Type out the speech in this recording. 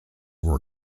were